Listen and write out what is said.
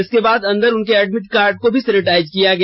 इसके बाद अंदर उनके एडमिट कार्ड को भी सैनिटाइज्ड किया गया